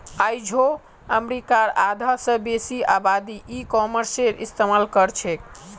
आइझो अमरीकार आधा स बेसी आबादी ई कॉमर्सेर इस्तेमाल करछेक